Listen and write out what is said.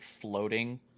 floating